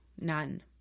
none